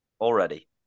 already